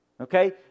Okay